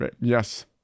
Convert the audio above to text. Yes